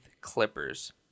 Clippers